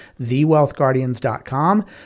thewealthguardians.com